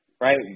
right